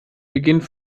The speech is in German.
beginnt